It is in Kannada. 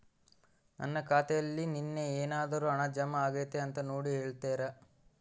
ನನ್ನ ಖಾತೆಯಲ್ಲಿ ನಿನ್ನೆ ಏನಾದರೂ ಹಣ ಜಮಾ ಆಗೈತಾ ಅಂತ ನೋಡಿ ಹೇಳ್ತೇರಾ?